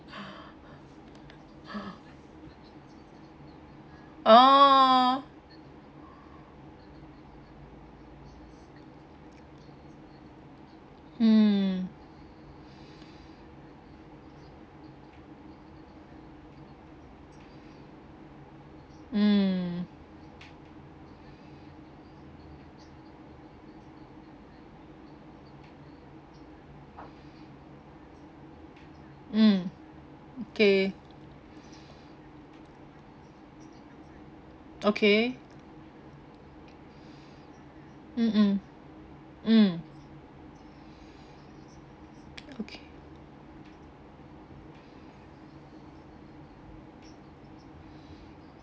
orh mm mm mm okay okay mm mm mm okay